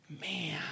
Man